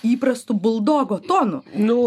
įprastu buldogo tonu nu